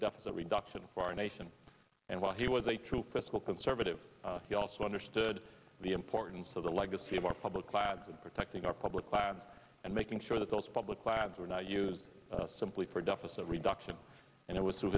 deficit reduction for our nation and while he was a true fiscal conservative he also understood the importance of the legacy of our public lands and protecting our public lands and making sure that those public lands were not used simply for deficit reduction and it was through